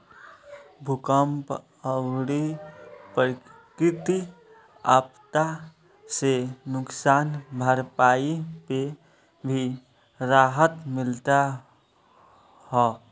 भूकंप अउरी प्राकृति आपदा से नुकसान भइला पे भी राहत मिलत हअ